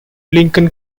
lincoln